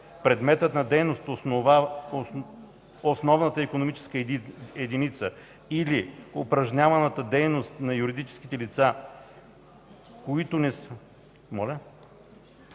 предметът на дейност, основната икономическа дейност или упражняваната дейност на юридическите лица, които не са